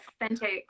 authentic